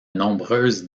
nombreuses